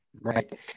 right